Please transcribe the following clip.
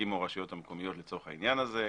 שיקימו הרשויות המקומיות לצורך העניין הזה,